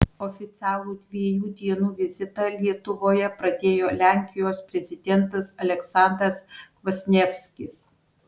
oficialų dviejų dienų vizitą lietuvoje pradėjo lenkijos prezidentas aleksandras kvasnievskis